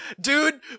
Dude